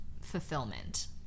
fulfillment